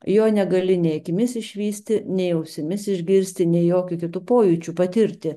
jo negali nei akimis išvysti nei ausimis išgirsti nei jokiu kitu pojūčiu patirti